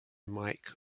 mike